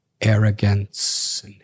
arrogance